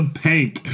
pink